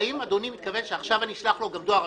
האם אדוני מתכוון שעכשיו אני אשלח לו בנוסף גם דואר רשום?